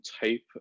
type